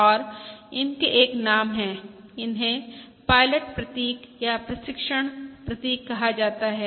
और इनके एक नाम है इन्हें पायलट प्रतीक या प्रशिक्षण प्रतीक कहा जाता है